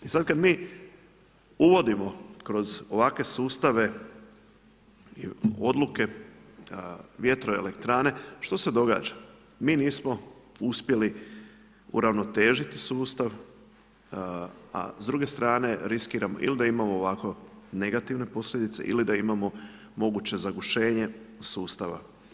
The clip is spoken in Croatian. I sad kad mi uvodimo kroz ovakve sustave odluke vjetroelektrane, što se događa? mi nismo uspjeli uravnotežiti sustav, a s druge strane riskiramo il da imamo ovako negativne posljedice ili da imamo moguće zagušenje sustava.